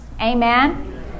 Amen